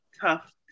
tough